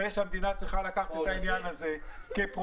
המדינה צריכה לקחת את העניין הזה כפרויקט,